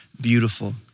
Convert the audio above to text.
beautiful